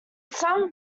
some